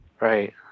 Right